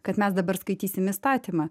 kad mes dabar skaitysim įstatymą